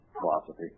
philosophy